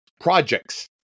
projects